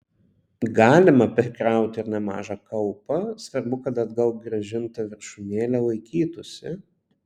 galima prikrauti ir nemažą kaupą svarbu kad atgal grąžinta viršūnėlė laikytųsi